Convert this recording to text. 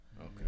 okay